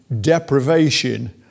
deprivation